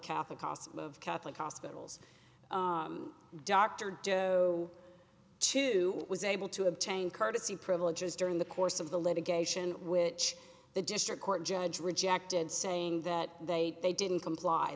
of catholic hospitals dr joe chu was able to obtain courtesy privileges during the course of the litigation which the district court judge rejected saying that they they didn't comply